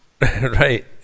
Right